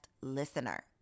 listener